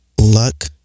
luck